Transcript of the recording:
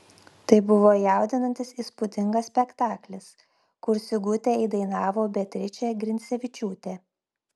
tai buvo jaudinantis įspūdingas spektaklis kur sigutę įdainavo beatričė grincevičiūtė